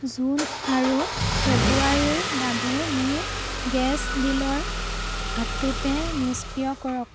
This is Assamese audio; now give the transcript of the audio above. জুন আৰু ফেব্ৰুৱাৰীৰ বাবে মোৰ গেছ বিলৰ অ'ট'পে' নিষ্ক্ৰিয় কৰক